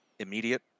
immediate